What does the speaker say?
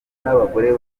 n’abagore